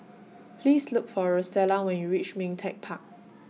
Please Look For Rosella when YOU REACH Ming Teck Park